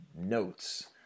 notes